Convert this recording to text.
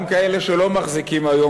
גם כאלה שלא מחזיקים היום,